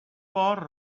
بار